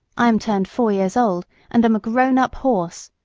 i am turned four years old and am a grown-up horse.